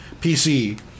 PC